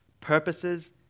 purposes